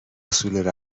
اصول